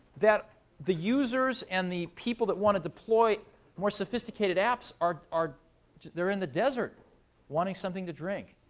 that the users and the people that want to deploy more sophisticated apps are are they're in the desert wanting something to drink.